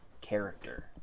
character